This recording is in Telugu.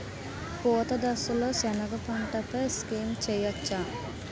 పూత దశలో సెనగ పంటపై స్ప్రే చేయచ్చా?